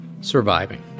surviving